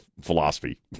philosophy